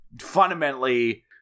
fundamentally